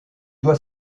doit